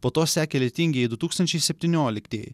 po to sekė lietingieji du tūkstančiai septynioliktieji